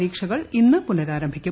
പരീക്ഷകൾ ഇന്ന് പുനഃരാരംഭിക്കും